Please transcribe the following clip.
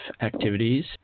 activities